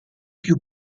più